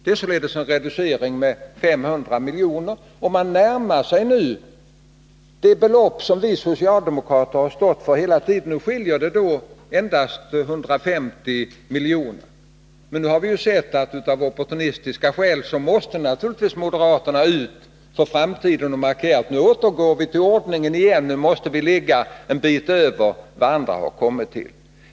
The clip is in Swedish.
Det är således en reducering med 500 milj.kr. Och man närmar sig nu det belopp som vi socialdemokrater har stått för hela tiden. Nu skiljer det endast 150 milj.kr. Men nu har vi sett att av opportunistiska skäl måste naturligtvis moderaterna ut och markera för framtiden: Nu återgår vi till ordningen igen, nu måste vi ligga en bit över vad andra har kommit fram till.